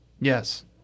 Yes